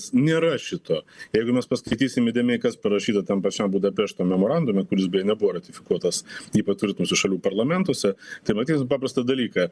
nėra šito jeigu mes paskaitysim įdėmiai kas parašyta tam pačiam budapešto memorandume kuris beje nebuvo ratifikuotas jį patvirtinusių šalių parlamentuose tai matytum paprastą dalyką